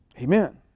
Amen